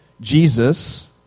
Jesus